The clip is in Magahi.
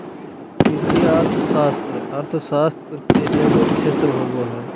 वित्तीय अर्थशास्त्र अर्थशास्त्र के एगो क्षेत्र होबो हइ